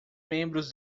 membros